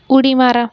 उडी मारा